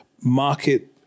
market